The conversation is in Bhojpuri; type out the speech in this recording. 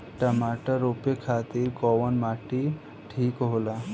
टमाटर रोपे खातीर कउन माटी ठीक होला?